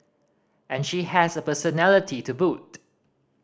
and she has a personality to boot